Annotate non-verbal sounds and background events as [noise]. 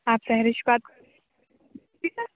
آپ سحرش بات کر رہی ہیں [unintelligible] سے